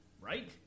right